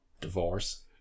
divorce